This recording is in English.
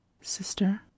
Sister